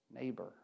neighbor